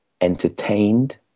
entertained